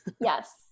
Yes